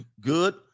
good